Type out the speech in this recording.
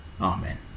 Amen